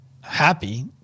happy